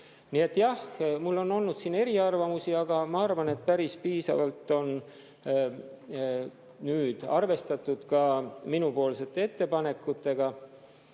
Nii et jah, mul on olnud siin eriarvamusi, aga ma arvan, et päris piisavalt on nüüd arvestatud ka minu ettepanekutega.